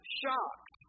shocked